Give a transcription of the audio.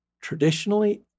traditionally